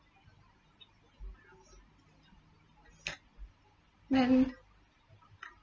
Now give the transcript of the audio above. then